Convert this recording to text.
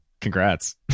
Congrats